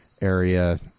area